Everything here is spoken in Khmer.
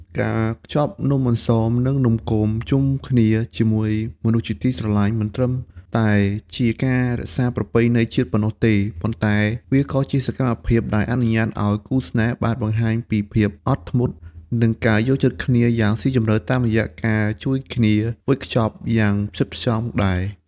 ការខ្ចប់នំអន្សម និងនំគមជុំគ្នាជាមួយមនុស្សជាទីស្រឡាញ់ មិនត្រឹមតែជាការរក្សាប្រពៃណីជាតិប៉ុណ្ណោះទេ ប៉ុន្តែវាក៏ជាសកម្មភាពដែលអនុញ្ញាតឱ្យគូស្នេហ៍បានបង្ហាញពីភាពអត់ធ្មត់ និងការយល់ចិត្តគ្នាយ៉ាងស៊ីជម្រៅតាមរយៈការជួយគ្នាវេចខ្ចប់យ៉ាងផ្ចិតផ្ចង់ដែរ។